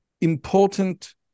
important